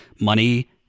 money